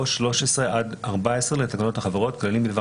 או 13 עד 14 לתקנות החברות (כללים בדבר